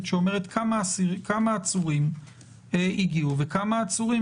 שאומרת כמה עצורים הגיעו וכמה עצורים,